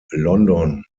london